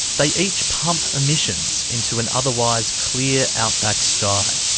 they each pump emissions into an otherwise clear outback sky.